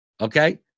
Okay